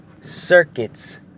circuits